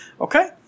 Okay